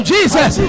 Jesus